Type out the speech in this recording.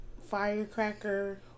Firecracker